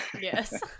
Yes